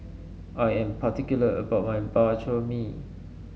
I am particular about my Bak Chor Mee